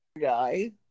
Guy